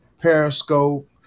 Periscope